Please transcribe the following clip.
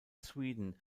sweden